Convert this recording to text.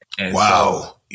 Wow